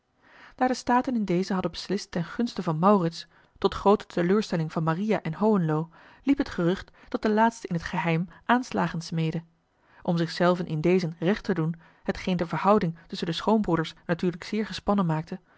daar de staten in dezen hadden beslist ten gunste van maurits tot groote teleurstelling van maria en hohenlo liep het gerucht dat de laatste in t geheim aanslagen smeedde om zich zelven in dezen recht te doen hetgeen de verhouding tusschen de schoonbroeders natuurlijk zeer gespannen maakte